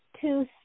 two